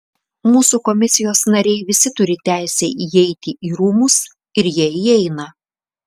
mūsų komisijos nariai visi turi teisę įeiti į rūmus ir jie įeina